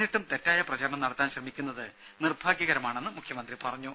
എന്നിട്ടും തെറ്റായ പ്രചരണം നടത്താൻ ശ്രമിക്കുന്നത് നിർഭാഗ്യകരമാണെന്നും മുഖ്യമന്ത്രി പറഞ്ഞു